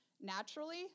naturally